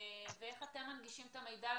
איך אתם מנגישים את המידע לציבור?